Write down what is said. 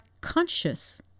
conscious